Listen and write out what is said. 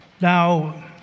now